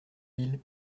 ville